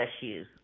issues